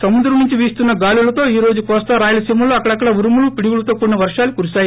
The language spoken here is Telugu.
సముద్రం నుంచి వీస్తున్న గాలులతో ఈ రోజు కోస్తా రాయలన్మల్లో అక్కడక్కడా ఉరుములు పిడుగులతో కూడిన వర్షాలు కురిశాయి